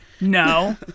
no